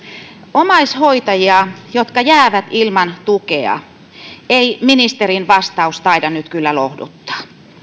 omaishoitajia jotka jäävät ilman tukea ei ministerin vastaus taida nyt kyllä lohduttaa